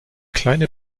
kleine